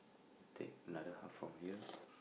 take another half from here